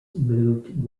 moved